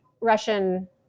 Russian